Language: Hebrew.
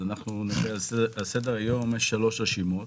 סדר היום יש שלוש רשימות